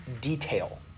detail